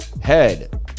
head